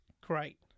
great